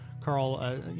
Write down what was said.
Carl